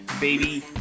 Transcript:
baby